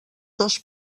dos